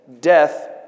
Death